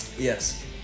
Yes